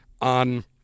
on